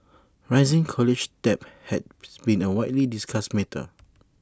rising college debt has been A widely discussed matter